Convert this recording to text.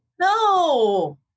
No